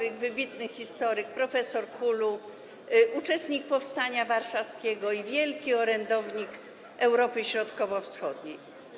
Był to wybitny historyk, profesor KUL-u, uczestnik powstania warszawskiego i wielki orędownik Europy Środkowo-Wschodniej.